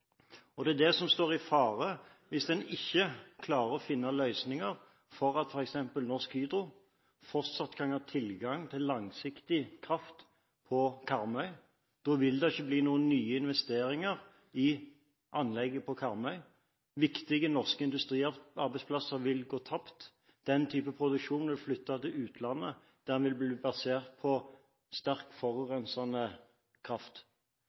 Norge. Det er dette som står i fare hvis en ikke klarer å finne løsninger slik at f.eks. Norsk Hydro fortsatt kan ha tilgang til langsiktig kraft på Karmøy. Da vil det ikke bli noen nye investeringer i anlegget på Karmøy. Viktige norske industrier og arbeidsplasser vil gå tapt. Den type produksjon vil flytte til utlandet, der den vil bli basert på sterkt forurensende kraft.